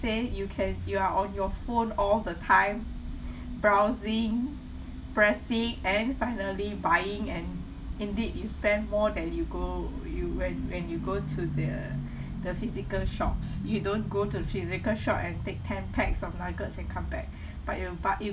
say you can you are on your phone all the time browsing pressing and finally buying and indeed you spend more than you go you when when you go to the the physical shops you don't go to the physical shop and take ten packs of nuggets and come back but you will buy you